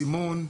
סימון,